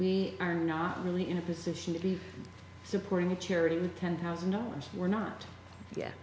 we are not really in a position to be supporting a charity with ten thousand dollars we're not